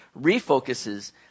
refocuses